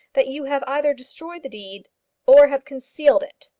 that you have either destroyed the deed or have concealed it.